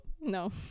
no